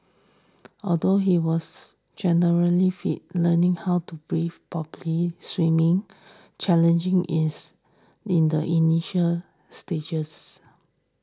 although he was generally fit learning how to breathe properly swimming challenging is in the initial stages